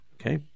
Okay